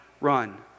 run